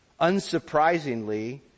unsurprisingly